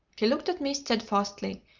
he looked at me steadfastly,